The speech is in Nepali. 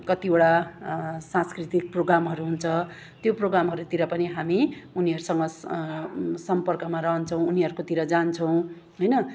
कतिवटा सांस्कृतिक प्रोगामहरू हुन्छ त्यो प्रोगामहरूतिर पनि हामी उनीहरूसँग सम्पर्कमा रहन्छौँ उनीहरूकोतिर जान्छौँ होइन